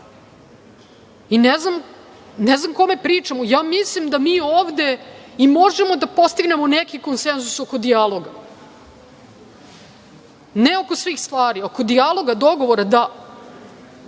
i ne znam kome pričamo. Mislim da mi ovde i možemo da postignemo neki konsenzus oko dijaloga, ne oko svih stvari, ali oko dijaloga, dogovora da.